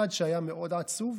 אחד שהיה מאוד עצוב